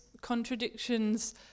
contradictions